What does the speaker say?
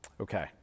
Okay